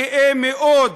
גאה מאוד,